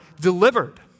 delivered